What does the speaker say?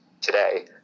today